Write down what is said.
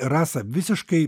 rasa visiškai